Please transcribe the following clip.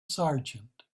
sergeant